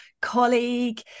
colleague